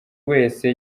wese